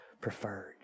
preferred